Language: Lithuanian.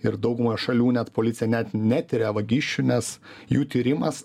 ir daugumoj šalių net policija net netiria vagysčių nes jų tyrimas